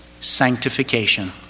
sanctification